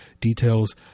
details